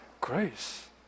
grace